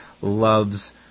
loves